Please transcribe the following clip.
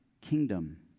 kingdom